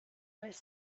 was